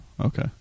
okay